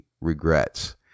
regrets